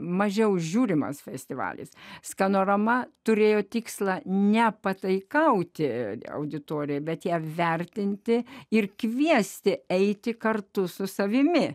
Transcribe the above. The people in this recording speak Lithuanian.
mažiau žiūrimas festivalis skanorama turėjo tikslą ne pataikauti auditorijai bet ją vertinti ir kviesti eiti kartu su savimi